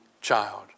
child